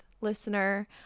listener